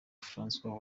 francois